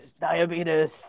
Diabetes